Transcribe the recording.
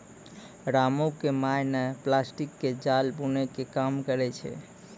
रामू के माय नॅ प्लास्टिक के जाल बूनै के काम करै छै